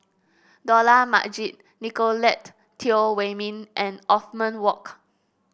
Dollah Majid Nicolette Teo Wei Min and Othman Wok